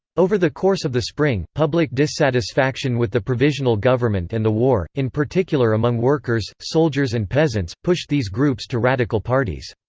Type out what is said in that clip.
over the course of the spring, public dissatisfaction with the provisional government and the war, in particular among workers, soldiers and peasants, pushed these groups to radical parties.